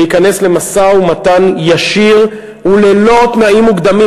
להיכנס למשא-ומתן ישיר וללא תנאים מוקדמים,